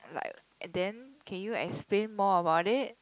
like then can you explain more about it